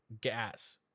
gas